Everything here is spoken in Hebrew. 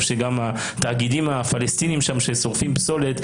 שגם התאגידים הפלסטינים ששורפים שם פסולת,